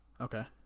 Okay